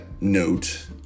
note